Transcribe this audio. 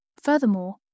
Furthermore